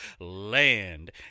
land